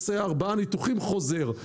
עושה ארבעה ניתוחים וחוזר.